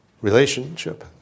relationship